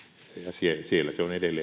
se on edelleen eli